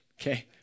Okay